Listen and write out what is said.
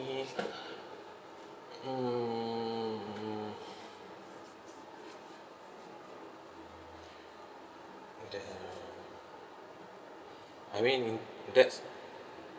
mm I mean that's